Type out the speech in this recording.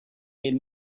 made